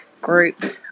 group